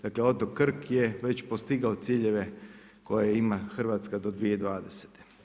Dakle, otok Krk je već postigao ciljeve koje ima Hrvatska do 2020.